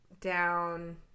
Down